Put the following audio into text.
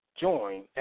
join